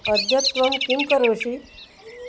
अद्य त्वं किं करोषि